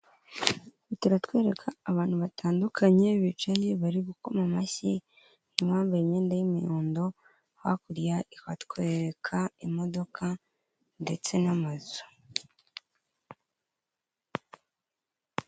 Ifoto iratwereka abantu batandukanye bicaye bari gukoma amashyi, harimo abambaye imyenda y' imihondo, hakurya ikatwereka imodoka ndetse n'amazu.